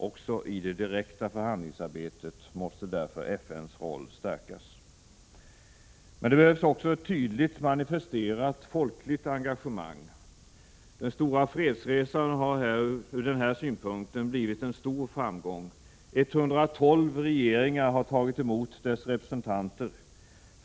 Också i det direkta förhandlingsarbetet måste därför FN:s roll stärkas. Men det behövs också ett tydligt manifesterat folkligt engagemang. Den stora fredsresan har ur den synpunkten blivit en stor framgång. 112 regeringar har tagit emot dess representanter.